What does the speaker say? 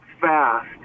fast